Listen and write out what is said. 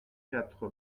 quatre